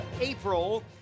April